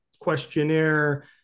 questionnaire